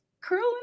curling